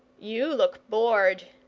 you look bored,